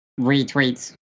retweets